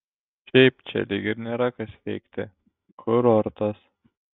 šiaip čia lyg ir nėra kas veikti kurortas